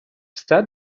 все